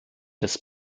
das